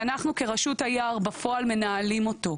ואנחנו כרשות היער בפועל מנהלים אותו.